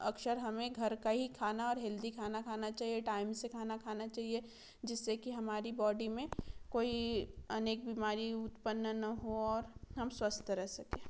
अक्सर हमें घर का ही खाना और हेल्थी खाना खाना चाहिए टाइम से खाना खाना चाहिए जिससे कि हमारी बॉडी में कोई अनेक बीमारी उत्पन्न ना हो और हम स्वस्थ्य रह सकें